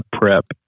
Prep